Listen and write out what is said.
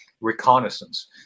Reconnaissance